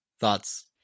Thoughts